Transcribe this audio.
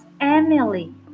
Emily